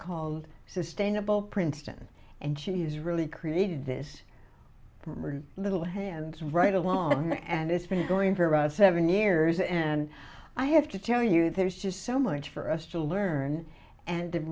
called sustainable princeton and she has really created this little hands right along there and it's been going for a ride seven years and i have to tell you there's just so much for us to learn and